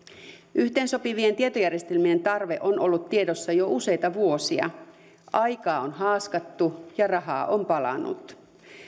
yhteensopivien tietojärjestelmien tarve on ollut tiedossa jo useita vuosia aikaa on haaskattu ja rahaa on palanut